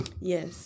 Yes